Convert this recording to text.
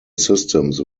systems